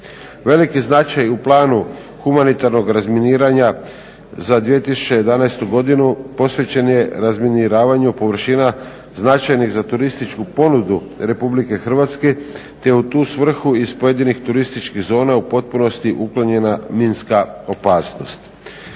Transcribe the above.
Veliki značaj u planu humanitarnog razminiranja za 2011. godinu posvećen je razminiravanju površina značajnih za turističku ponudu Republike Hrvatske, te u tu svrhu iz pojedinih turističkih zona u potpunosti uklonjena minska opasnost.